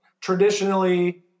traditionally